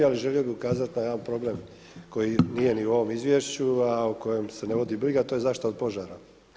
Ali želio bih ukazati na jedan problem koji nije ni u ovom izvješću, a o kojem se ne vodi briga to je zaštita od požara.